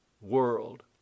world